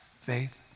faith